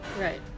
right